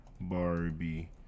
Barbie